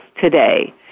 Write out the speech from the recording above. today